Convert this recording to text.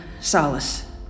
solace